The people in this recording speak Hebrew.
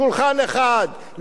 שולחן אחד,